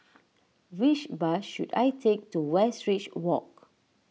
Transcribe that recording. which bus should I take to Westridge Walk